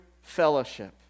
fellowship